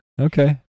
okay